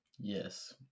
yes